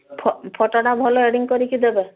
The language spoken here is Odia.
ଫୋଟୋଟା ଭଲ ଏଡ଼ିଟିଙ୍ଗ୍ କରିକି ଦେବେ